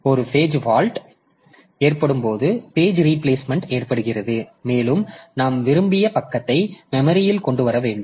எனவே ஒரு page fault ஏற்படும் போது பேஜ் ரீபிளேஸ்மெண்ட் ஏற்படுகிறது மேலும் நாம் விரும்பிய பக்கத்தை மெமரியில் கொண்டு வர வேண்டும்